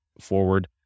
forward